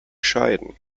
scheiden